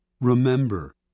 Remember